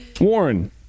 Warren